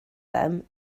them